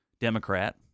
Democrat